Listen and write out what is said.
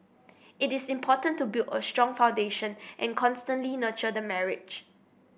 it is important to build a strong foundation and constantly nurture the marriage